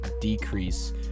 decrease